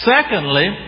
Secondly